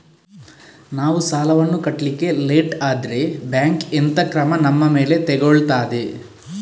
ನಾವು ಸಾಲ ವನ್ನು ಕಟ್ಲಿಕ್ಕೆ ಲೇಟ್ ಆದ್ರೆ ಬ್ಯಾಂಕ್ ಎಂತ ಕ್ರಮ ನಮ್ಮ ಮೇಲೆ ತೆಗೊಳ್ತಾದೆ?